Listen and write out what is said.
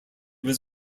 was